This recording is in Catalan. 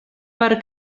per